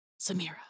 Samira